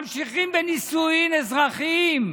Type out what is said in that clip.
ממשיכים בנישואים אזרחיים,